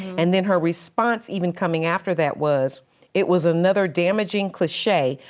and then her response even coming after that was it was another damaging cliche,